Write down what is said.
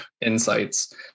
insights